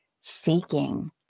seeking